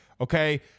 Okay